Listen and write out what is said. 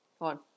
on